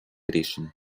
рішень